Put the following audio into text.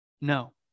no